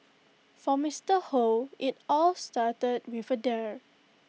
for Mister Hoe IT all started with A dare